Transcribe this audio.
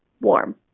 warm